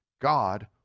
God